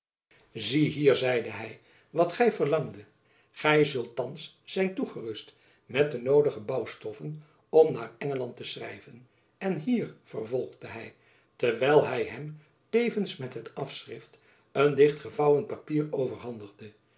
zie hier zeide hy wat gy verlangdet gy zult thands zijn toegerust met de noodige bouwstoffen om naar engeland te schrijven en hier vervolgde hy terwijl hy hem tevens met het afschrift een dicht gevouwen papier overhandigde